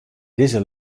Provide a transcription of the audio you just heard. dizze